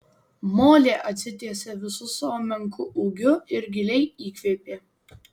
molė atsitiesė visu savo menku ūgiu ir giliai įkvėpė